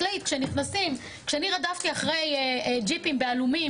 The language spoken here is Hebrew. כשאני רדפתי אחרי ג'יפים באלומים,